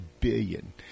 billion